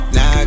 Now